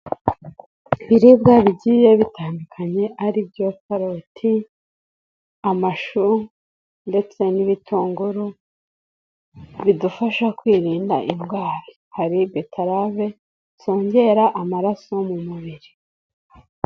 Ibiribwa bigiye bitandukanye ari byo karoti, amashu ndetse n'ibitunguru, bidufasha kwirinda indwara. Hari betarave, zongera amaraso mu mubiri.